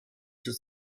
des